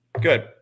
Good